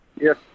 Yes